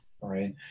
right